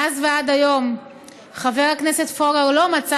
מאז ועד היום חבר הכנסת פורר לא מצא